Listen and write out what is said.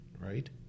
right